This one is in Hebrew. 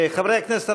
חברי הכנסת,